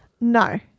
No